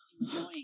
enjoying